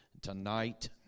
tonight